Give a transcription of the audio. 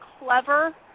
clever